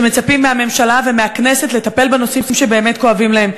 שמצפים מהממשלה ומהכנסת לטפל בנושאים שבאמת כואבים להם.